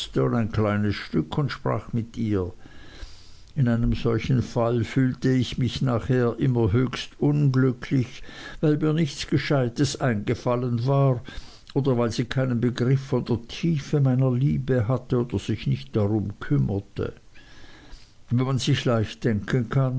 ein kleines stück und sprach mit ihr in einem solchen fall fühlte ich mich nachher immer höchst unglücklich weil mir nichts gescheites eingefallen war oder weil sie keinen begriff von der tiefe meiner liebe hatte oder sich nicht darum kümmerte wie man sich leicht denken kann